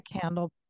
candle